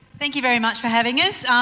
thank you very much for having us.